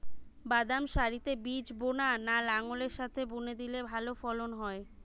বাদাম সারিতে বীজ বোনা না লাঙ্গলের সাথে বুনে দিলে ভালো ফলন হয়?